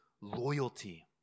loyalty